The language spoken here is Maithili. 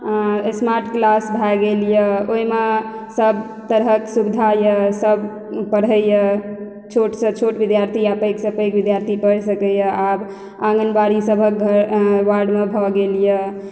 स्मार्ट क्लास भऽ गेल यऽ ओइमे सब तरहक सुविधा यऽ सब पढ़य यऽ छोटसँ छोट विद्यार्थी या पैघसँ पैघ विद्यार्थी पढ़ि सकइए आब आँगनबाड़ी सबहक घर वार्डमे भऽ गेल यऽ